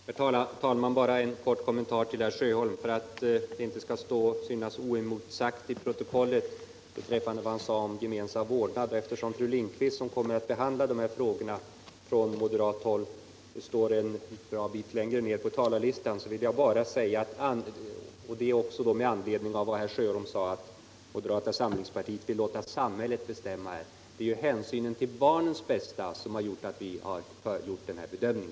Herr talman! Bara en kort kommentar till herr Sjöholm för att det i protokollet inte skall till synes stå oemotsagt vad han sade om gemensam vårdnad. Jag vill göra det redan nu, eftersom fru Lindquist, som kommer att behandla dessa frågor från moderat håll, står en bra bit längre ned på talarlistan. Herr Sjöholm sade att moderata samlingspartiet vill låta samhället bestämma. Det är hänsynen till barnens bästa som har föranlett vår bedömning.